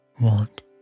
want